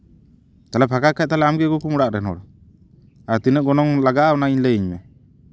ᱛᱟᱦᱞᱮ ᱯᱷᱟᱠᱟ ᱜᱮᱠᱷᱟᱱ ᱟᱢᱜᱮ ᱟᱹᱜᱩ ᱠᱚᱢ ᱚᱲᱟᱜ ᱨᱮᱱ ᱦᱚᱲ ᱟᱨ ᱛᱤᱱᱟᱹᱜ ᱜᱚᱱᱚᱝ ᱞᱟᱜᱟᱜᱼᱟ ᱚᱱᱟ ᱤᱧ ᱞᱟᱹᱭ ᱤᱧ ᱢᱮ